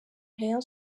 rayon